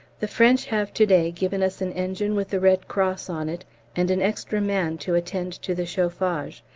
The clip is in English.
the french have to-day given us an engine with the red cross on it and an extra man to attend to the chauffage,